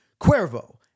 Cuervo